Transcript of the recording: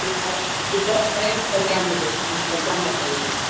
قصص قصص ہے پچانوے پچانوے روپئے کا